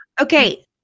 Okay